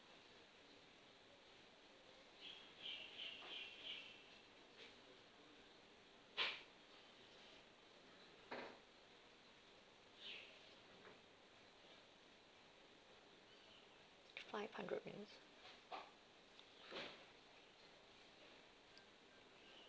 five hundred minutes